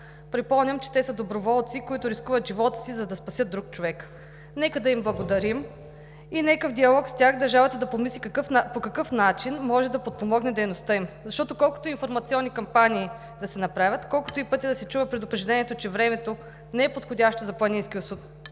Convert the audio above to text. Припомням, че те са доброволци, които рискуват живота си, за да спасят друг човек. Нека да им благодарим и нека в диалог с тях държавата да помисли по какъв начин може да подпомогне дейността им, защото колкото и информационни кампании да се направят, колкото и пъти да се чува предупреждението, че времето не е подходящо за планински